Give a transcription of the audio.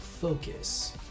focus